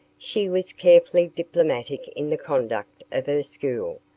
she was carefully diplomatic in the conduct of her school,